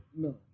No